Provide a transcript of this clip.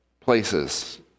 places